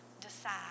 decide